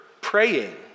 praying